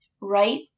right